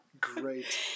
Great